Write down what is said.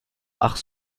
ach